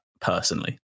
personally